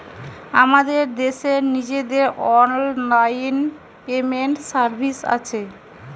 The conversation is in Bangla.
আমাদের দেশের নিজেদের অনলাইন পেমেন্ট সার্ভিস আছে